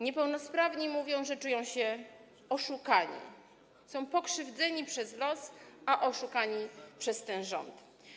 Niepełnosprawni mówią, że czują się oszukani, że są pokrzywdzeni przez los, a oszukani przez ten rząd.